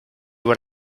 what